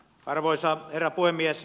arvoisa herra puhemies